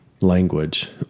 language